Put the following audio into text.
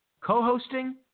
Co-hosting